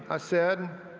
ah said.